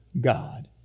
God